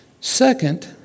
Second